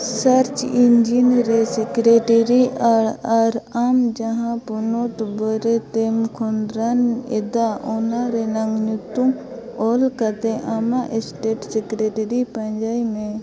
search engine ᱨᱮ secretary ᱟᱲ ᱟᱨ ᱟᱢ ᱡᱟᱦᱟᱸ ᱯᱚᱱᱚᱛ ᱵᱟᱨᱮᱛᱮᱢ ᱠᱷᱚᱸᱫᱽᱨᱚᱱ ᱮᱫᱟ ᱚᱱᱟ ᱨᱮᱱᱟᱜ ᱧᱩᱛᱩᱢ ᱚᱞ ᱠᱟᱛᱮᱫ ᱟᱢᱟᱜ ᱥᱴᱮᱴ ᱥᱮᱠᱨᱮᱴᱟᱨᱤ ᱯᱟᱸᱡᱟᱭ ᱢᱮ